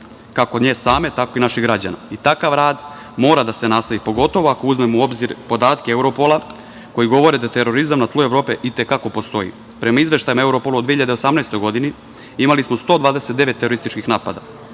kako nje same tako i naših građana, i takav rad mora da se nastavi, pogotovo ako uzmemo u obzir podatke Europola, koji govore da terorizam na tlu Evrope i te kako postoji, i prema izveštaju Europola od 2018. godine, imali smo 129 terorističkih napada,